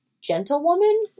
gentlewoman